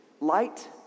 Light